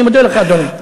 אני מודה לך, אדוני.